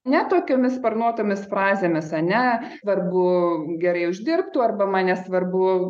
ne tokiomis sparnuotomis frazėmis ar ne svarbu gerai uždirbtų arba man nesvarbu